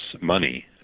money